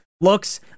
looks